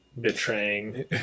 betraying